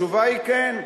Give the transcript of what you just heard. התשובה היא כן.